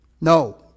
No